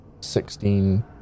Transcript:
sixteen